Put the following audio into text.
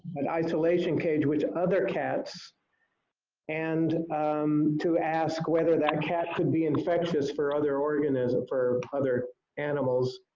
an isolation cage with other cats and to ask whether that cat could be infectious for other organisms, for other animals